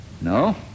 No